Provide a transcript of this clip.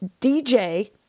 DJ